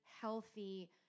healthy